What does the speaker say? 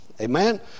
Amen